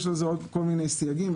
יש לזה עוד כל מיני סייגים,